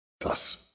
Thus